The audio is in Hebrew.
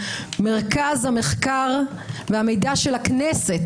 מרכז המחקר והמידע של הכנסת.